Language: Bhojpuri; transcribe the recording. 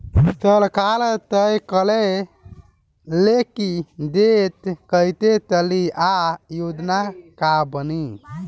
सरकार तय करे ले की देश कइसे चली आ योजना का बनी